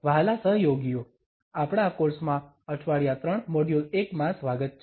વ્હાલા સહયોગીઓ આપણાં કોર્સ માં અઠવાડિયા 3 મોડ્યુલ 1 માં સ્વાગત છે